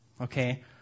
Okay